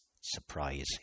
surprise